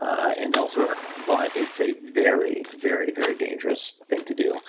and elsewhere, but it's a very, very very dangerous thing to do.